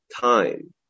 time